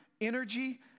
energy